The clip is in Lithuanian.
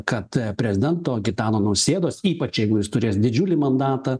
kad prezidento gitano nausėdos ypač jeigu jis turės didžiulį mandatą